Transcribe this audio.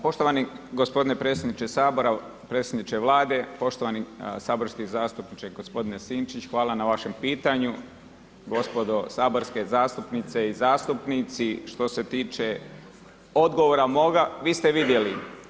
Poštovani gospodine predsjedniče Sabora, predsjedniče Vlade, poštovani saborski zastupniče g. Sinčić, hvala na vašem pitanju, gospodo saborske zastupnice i zastupnici što se tiče odgovora moga, vi ste vidjeli.